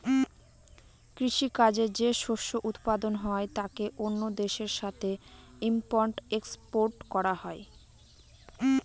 কৃষি কাজে যে শস্য উৎপাদন হয় তাকে অন্য দেশের সাথে ইম্পোর্ট এক্সপোর্ট করা হয়